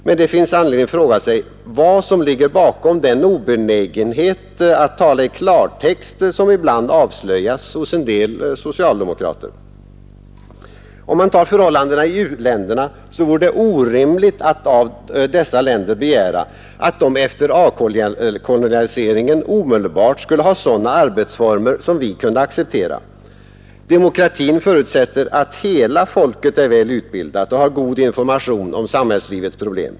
Men det är anledning att fråga sig vad som ligger bakom den obenägenhet att tala i klartext som ibland avslöjas hos en del socialdemokrater. Det vore t.ex. orimligt att begära att u-länderna efter avkoloniseringen omedelbart skulle ha sådana arbetsformer som vi kunde acceptera. Demokrati förutsätter att hela folket är väl utbildat och har god information om samhällslivets problem.